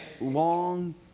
long